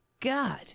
God